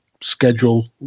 schedule